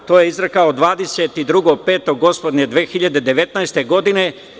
To je izrekao 22.5. gospodnje 2019. godine.